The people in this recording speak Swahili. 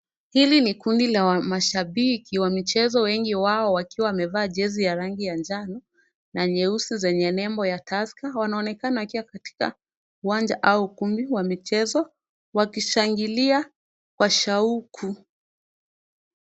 Hili ni kundi la mashabiki wa michezo wengi wao wakiwa wamevaa jezi ya rangi ya njano na nyeusi zenye nembo ya Tusker. Wanaonekana wakiwa katika uwanja au ukumbi wa michezo wakishangilia kwa shauku.